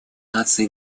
наций